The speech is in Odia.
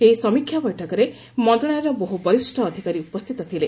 ଏହି ସମୀକ୍ଷା ବୈଠକରେ ମନ୍ତଶାଳୟର ବହୁ ବରିଷ ଅଧିକାରୀ ଉପସ୍ଥିତ ଥିଲେ